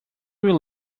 will